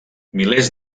milers